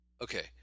Okay